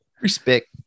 Respect